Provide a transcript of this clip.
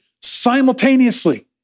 simultaneously